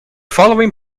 following